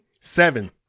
Seven